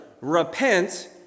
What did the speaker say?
repent